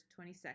22nd